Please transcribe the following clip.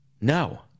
no